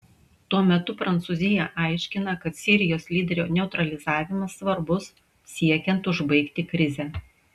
tuo metu prancūzija aiškina kad sirijos lyderio neutralizavimas svarbus siekiant užbaigti krizę